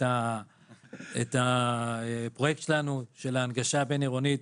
אנחנו מתחילים באפריל את הפרויקט שלנו להנגשה בין-עירונית,